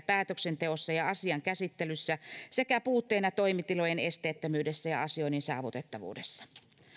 päätöksenteossa ja asian käsittelyssä sekä puutteena toimitilojen esteettömyydessä ja asioinnin saavutettavuudessa